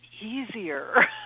easier